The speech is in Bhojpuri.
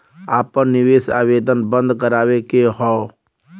आपन निवेश आवेदन बन्द करावे के हौ?